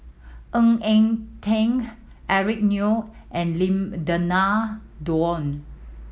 Ng Eng Teng Eric Neo and Lim Denan Denon